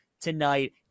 tonight